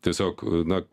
tiesiog na